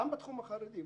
גם בתחום החרדי,